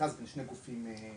מכרז בין שני גופים -- עסקיים.